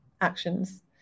actions